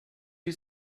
you